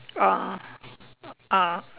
ah ah